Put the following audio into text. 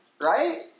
right